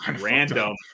random